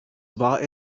war